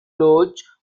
lodge